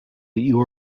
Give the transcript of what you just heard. you